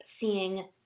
seeing